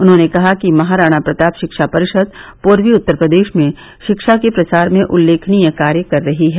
उन्होंने कहा कि महाराणा प्रताप शिक्षा परिषद पूर्वी उत्तर प्रदेश में शिक्षा के प्रसार में उल्लेखनीय कार्य कर रही है